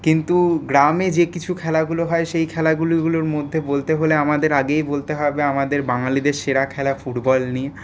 কিন্তু গ্রামে যে কিছু খেলাগুলো হয় সেই খেলাগুলোর মধ্যে বলতে হলে আমাদের আগেই বলতে হবে আমাদের বাঙালিদের সেরা খেলা ফুটবল নিয়ে